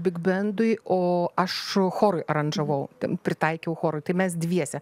bigbendui o aš chorui aranžavau ten pritaikiau chorui tai mes dviese